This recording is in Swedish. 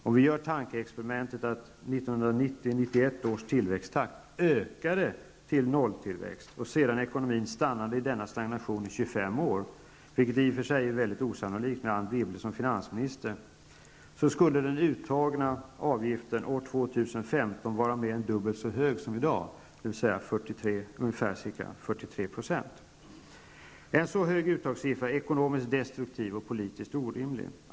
Om vi gör tankeexperimentet att 1990--91 års tillväxttakt ökade till 0-tillväxt och ekonomin sedan stannade i denna stagnation i 25 år -- vilket i och för sig är högst osannolikt med Anne Wibble som finansminister -- skulle den uttagna avgiften år 2015 vara mer än dubbelt så hög som i dag, ca 43 %. En så hög uttagssiffra är ekonomiskt destruktiv och politiskt orimlig.